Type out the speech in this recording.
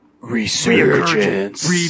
Resurgence